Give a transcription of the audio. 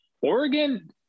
Oregon